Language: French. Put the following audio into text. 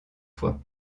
fois